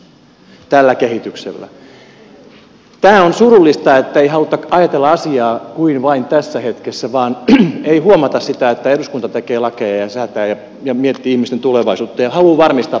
tämä on surullista että ei haluta ajatella asiaa kuin vain tässä hetkessä ei huomata sitä että eduskunta säätää lakeja ja miettii ihmisten tulevaisuutta ja haluaa varmistaa palvelut tulevaisuudessakin